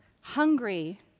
hungry